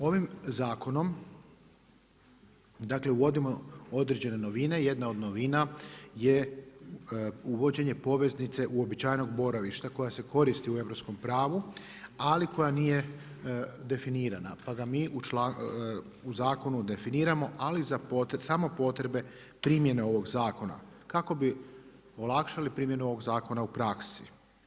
Ovim zakonom, uvodimo određene novine i jedna od novina je uvođenje poveznice uobičajenog boravišta koja se koristi u europskom pravu, ali koja nije definirana, pa ga mi u zakonu definiramo, ali samo za potrebe primjene ovog zakona, kako bi olakšali primjenu ovog zakona u praksi.